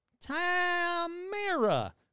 Tamara